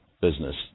business